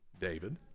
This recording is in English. David